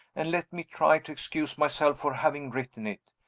and let me try to excuse myself for having written it.